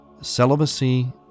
Celibacy